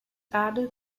added